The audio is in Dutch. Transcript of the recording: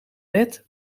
wet